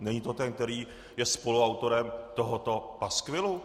Není to ten, který je spoluautorem tohoto paskvilu?